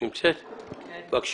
בבקשה.